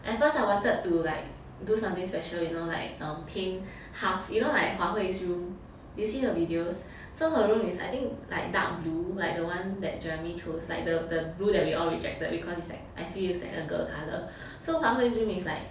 at first I wanted to like do something special you know like um paint half you know like hua hui's room you see her videos so her room is I think like dark blue like the one that jeremy chose like the the blue that we all rejected because it's like I feel like it's a girl colour so hua hui's room is like